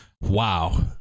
Wow